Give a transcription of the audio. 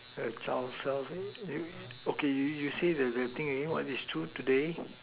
a child survey do you okay you say the the thing again what is true today